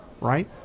Right